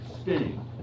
spinning